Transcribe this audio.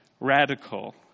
radical